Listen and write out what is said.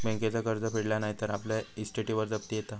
बँकेचा कर्ज फेडला नाय तर आपल्या इस्टेटीवर जप्ती येता